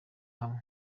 hamwe